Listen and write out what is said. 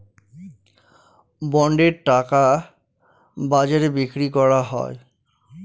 বন্ডের টাকা বাজারে বিক্রি করা হয়